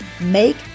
make